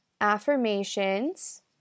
Affirmations